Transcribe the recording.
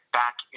back